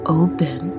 open